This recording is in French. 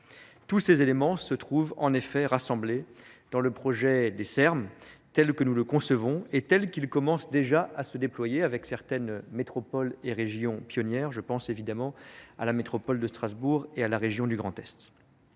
Tous ces éléments se trouvent en effet rassemblés dans le projet de R M tel que nous le concevons et tel qu'il commence déjà à se déployer avec certaines métropoles et régions pionnières. Je pense évidemment à la métropole de et à la région du Grand Est.